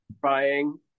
trying